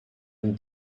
then